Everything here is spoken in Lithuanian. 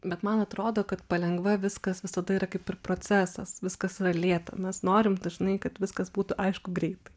bet man atrodo kad palengva viskas visada yra kaip ir procesas viskas lėta mes norim dažnai kad viskas būtų aišku greitai